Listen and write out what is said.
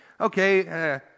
Okay